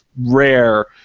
rare